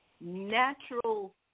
natural